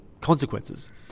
consequences